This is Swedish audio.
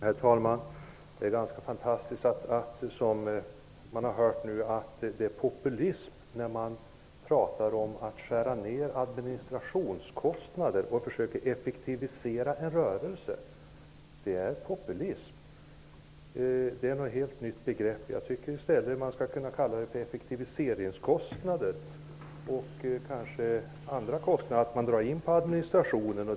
Herr talman! Det är ganska fantastiskt att höra att det är populism när man pratar om att skära ned administrationskostnader och försöka effektivisera en rörelse. Det är ett helt nytt begrepp. Jag tycker att det skall kallas för effektivisering när man drar in på administration.